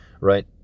Right